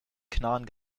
knarren